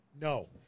No